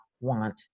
want